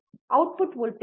output voltage